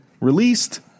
released